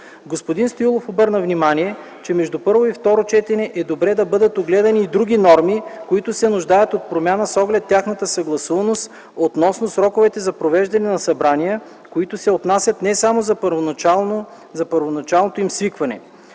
Господин Стоилов обърна внимание, че между първо и второ четене е добре да бъдат огледани и други норми, които се нуждаят от промяна с оглед тяхната съгласуваност относно сроковете за провеждане на събрания, които се отнасят не само за първоначално им свикване.